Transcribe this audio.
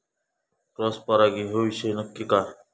Cross परागी ह्यो विषय नक्की काय?